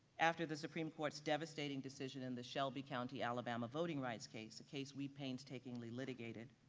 after the supreme court's devastating decision in the shelby county, alabama voting rights case, a case we painstakingly litigated